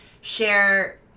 share